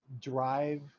drive